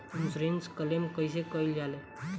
Insurance claim कइसे कइल जा ले?